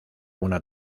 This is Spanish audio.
una